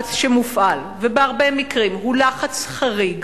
הלחץ שמופעל, ובהרבה מקרים הוא לחץ חריג,